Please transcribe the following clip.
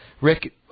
Rick